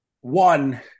one